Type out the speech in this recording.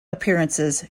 appearances